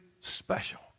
special